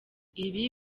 ibi